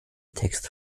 text